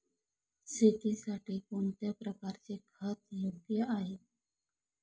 शेतीसाठी कोणत्या प्रकारचे खत योग्य आहे?